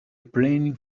planning